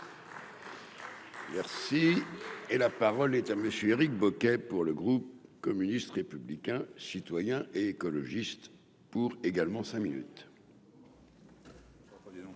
Merci et là. Parole est à monsieur Éric Bocquet pour le groupe communiste, républicain, citoyen et écologiste pour également cinq minutes.